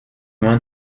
mają